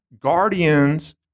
guardians